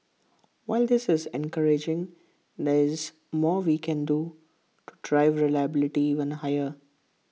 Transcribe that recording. while this is encouraging there is more we can do to drive reliability even higher